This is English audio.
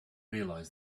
realized